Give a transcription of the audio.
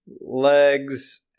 legs